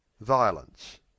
Violence